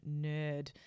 nerd